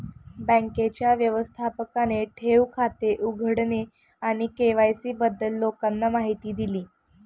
बँकेच्या व्यवस्थापकाने ठेव खाते उघडणे आणि के.वाय.सी बद्दल लोकांना माहिती दिली